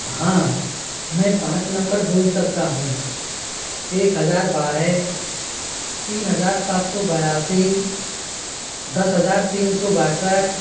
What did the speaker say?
हाँ मैं पाँच नंबर बोल सकता हूँ एक हज़ार बारह तीन हज़ार सात सौ बयासी दस हज़ार तीन सौ बासठ